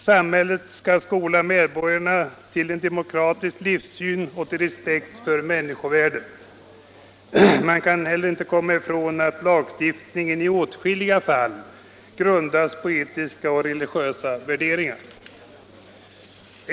Samhället skall skola medborgarna till en demokratisk livssyn och till respekt för människovärdet. Man kan inte heller komma ifrån att lagstiftningen i åtskilliga fall grundas på etiska och religiösa värderingar.